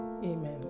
amen